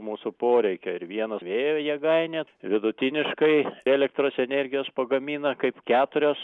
mūsų poreikio ir vienos vėjo jėgainės vidutiniškai elektros energijos pagamina kaip keturios